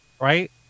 right